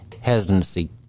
hesitancy